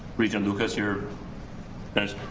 regent lucas, you're next,